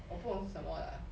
我不懂是什么啦